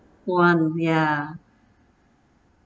one ya